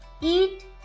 eat